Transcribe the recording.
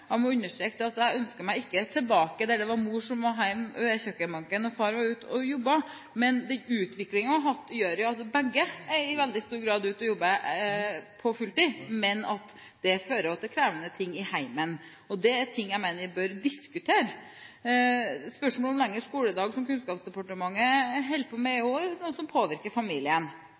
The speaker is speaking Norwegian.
Jeg må understreke at jeg ikke ønsker meg tilbake til der det var mor som var hjemme ved kjøkkenbenken, og far som var ute og jobbet, men den utviklingen vi har hatt, gjør jo at begge i veldig stor grad er ute og jobber på fulltid, noe som også fører til krevende ting i hjemmet. Dette er ting jeg mener vi bør diskutere. Spørsmålet om lengre skoledag, som Kunnskapsdepartementet holder på med, er også noe som påvirker familien.